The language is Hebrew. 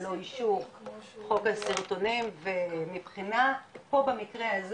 חוק הסרטונים ובחינה פה במקרה.